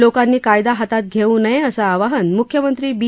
लोकांनी कायदा हातात घर्फ नयः असं आवाहन म्ख्यमंत्री बी